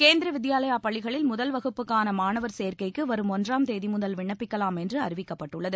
கேந்திரிய வித்யாலயா பள்ளிகளில் முதல்வகுப்புக்கான மானாவர் சேர்க்கைக்கு வரும் ஒன்றாம் தேதி முதல் விண்ணப்பிக்கலாம் என்று அறிவிக்கப்பட்டுள்ளது